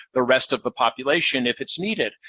the rest of the population, if it's needed.